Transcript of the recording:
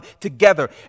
together